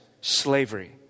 slavery